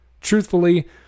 Truthfully